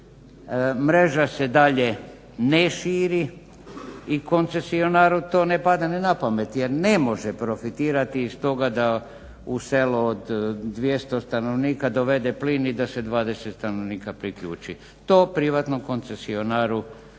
Mreža se dalje ne širi i koncesionari to ne pada ni na pamet jer ne može profitirati iz toga da u selo od 200 stanovnika dovede plin i da se 20 stanovnika priključi. To privatnom koncesionaru nije